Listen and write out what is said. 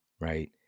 right